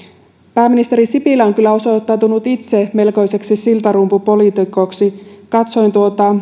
pääministeri sipilä on kyllä osoittautunut itse melkoiseksi siltarumpupoliitikoksi katsoin